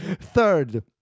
third